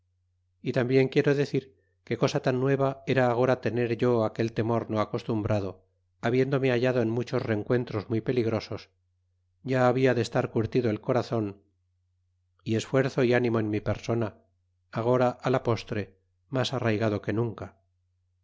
y tambien quiero decir que cosa tan nueva era agora tener yo aquel temor no acostumbrado habiéndome hallado en muchos rencuentros muy peligrosos ya habia de estar curtido el corazon y esfuerzo y ánimo en mi persona agora la postre mas arraygado que nunca